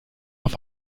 auf